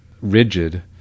rigid